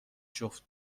جفت